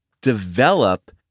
develop